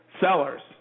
sellers